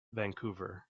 vancouver